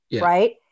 right